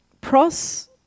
pros